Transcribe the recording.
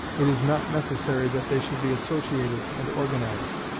it is not necessary that they should be associated and organized.